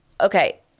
okay